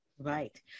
Right